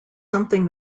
something